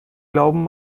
glauben